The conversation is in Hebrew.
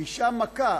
ואישה מכה,